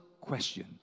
question